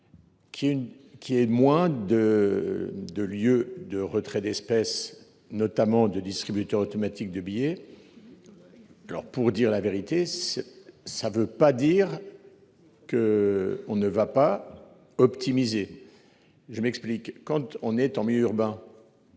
qui est de moins de. Deux lieux de retraits d'espèces, notamment de distributeurs automatiques de billets. Alors pour dire la vérité. Ça veut pas dire. Que on ne va pas optimisé. Je m'explique, quand on est en milieu urbain.